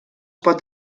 pot